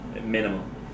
minimum